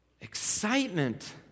excitement